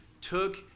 took